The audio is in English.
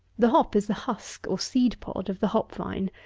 the hop is the husk, or seed-pod, of the hop-vine,